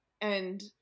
and-